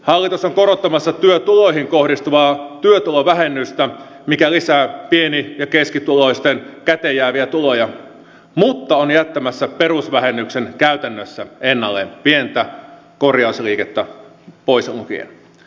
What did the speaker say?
hallitus on korottamassa työtuloihin kohdistuvaa työtulovähennystä mikä lisää pieni ja keskituloisten käteenjääviä tuloja mutta on jättämässä perusvähennyksen käytännössä ennalleen pieni korjausliike pois lukien